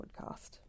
podcast